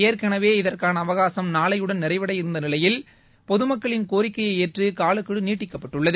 ஏற்கெனவே இதற்கான அவகாசம் நாளையுடன் நிறைவடைய இருந்த நிலையில் பொதமக்களின் கோரிக்கையை ஏற்று காலக்கெடு நீட்டிக்கப்பட்டுள்ளது